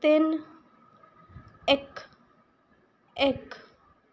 ਤਿੰਨ ਇੱਕ ਇੱਕ